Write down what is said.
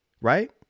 Right